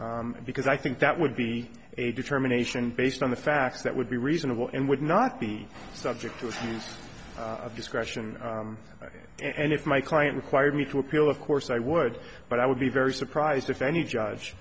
because i think that would be a determination based on the facts that would be reasonable and would not be subject to the use of discretion and if my client required me to appeal of course i would but i would be very surprised if any